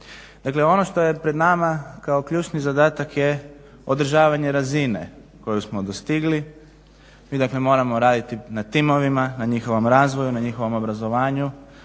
Dakle, ono što je pred nama kao ključni zadatak je održavanje razine koju smo dostigli. Mi dakle moramo raditi na timovima, na njihovom razvoju, na njihovom obrazovanju,